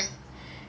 mm